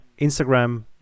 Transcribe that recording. Instagram